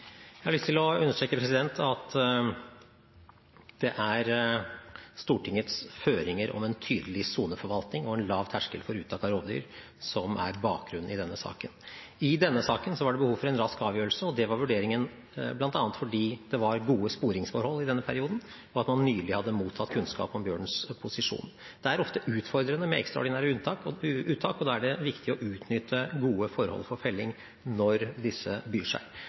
Jeg har lyst til å understreke at det er Stortingets føringer om en tydelig soneforvaltning og en lav terskel for uttak av rovdyr som er bakgrunnen i denne saken. I denne saken var det behov for en rask avgjørelse, og det var vurderingen, bl.a. fordi det var gode sporingsforhold i denne perioden, og man nylig hadde mottatt kunnskap om bjørnens posisjon. Det er ofte utfordrende med ekstraordinære uttak, og da er det viktig å utnytte gode forhold for felling, når disse byr seg.